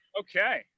Okay